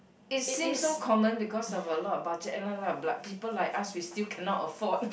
it seems so common because of a lot of budget airline lah but people like us we still cannot afford